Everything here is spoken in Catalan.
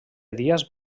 díaz